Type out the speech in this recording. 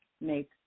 make